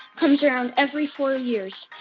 comes around every four years,